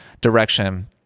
direction